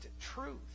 truth